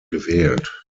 gewählt